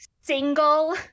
single